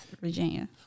Virginia